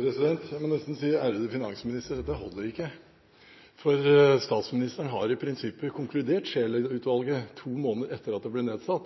Ærede finansminister, dette holder ikke, for statsministeren har i prinsippet konkludert når det gjelder Scheel-utvalget – to måneder etter at det ble nedsatt.